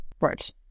Right